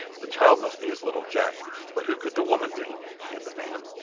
the child must be his little jack but who could the woman be and the man?